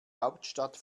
hauptstadt